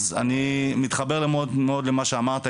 אז אני מתחבר מאוד למה שאמרת.